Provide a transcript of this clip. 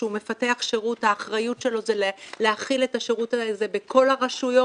כשהוא מפתח שירות האחריות שלו זה להחיל את השירות הזה בכל הרשויות,